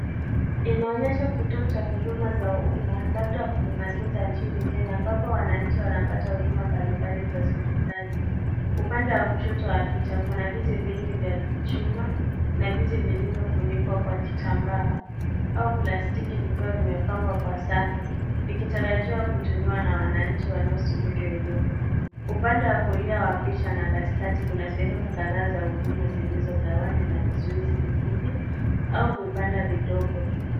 Inaonyesha kituo cha huduma za umma labda huduma senta ya nchini Kenya ambapo wananchi wanapata huduma mbalimbali za serikali, upande wa kushoto wa picha kuna viti vingi vya chuma na viti vilivyofunikwa kwa kitambaa au plastiki vikiwa vimepangwa kwa safu vikitarajiwa kutumiwa na wananchi wanaosubiri huduma ,upande wa kulia wa picha na katikati kuna sehemu kadhaa za huduma zilizogawanwa na vizuhizi vifupi au vibanda vidogo.